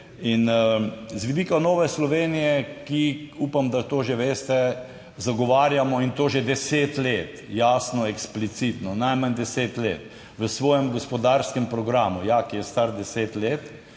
in z vidika Nove Slovenije, ki upam, da to že veste, zagovarjamo, in to že deset let, jasno, eksplicitno najmanj deset let v svojem gospodarskem programu, ja, ki je star deset let